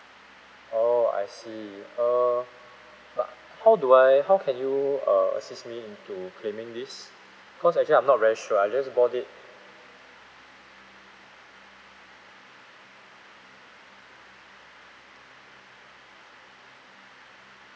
oh I see uh but how do I how can you uh assist me in to claiming this cause actually I'm not very sure I just bought it